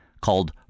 called